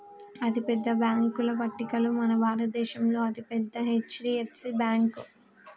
అతిపెద్ద బ్యేంకుల పట్టికలో మన భారతదేశంలో అతి పెద్ద బ్యాంక్ హెచ్.డి.ఎఫ్.సి బ్యేంకు